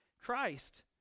Christ